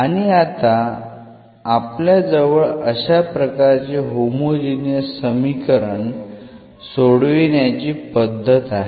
आणि आता आपल्या जवळ अशा प्रकारचे होमोजिनियस समीकरण सोडविण्याची पद्धत आहे